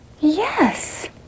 Yes